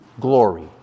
glory